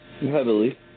Heavily